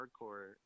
hardcore